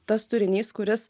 tas turinys kuris